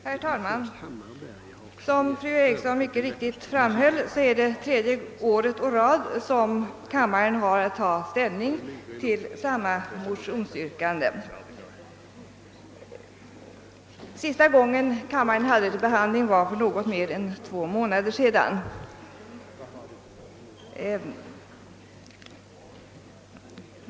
Herr talman! Som fru Eriksson i Stockholm mycket riktigt framhöll har kammaren denna gång för tredje året å rad att ta ställning till samma motionsyrkande. Senaste gången kammaren hade frågan uppe till behandling var för något mer än två månader sedan.